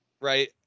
Right